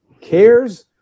cares